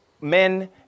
men